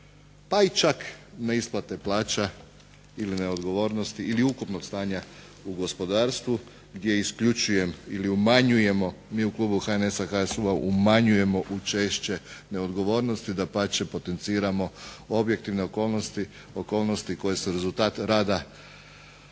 pa i čak neisplate plaća ili neodgovornosti ili ukupnog stanja u gospodarstvu gdje isključujem ili umanjujemo mi u klubu HNS-HSU-a umanjujemo učešće neodgovornosti, dapače potenciramo objektivne okolnosti, okolnosti koje su rezultat rada